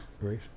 great